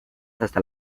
hasta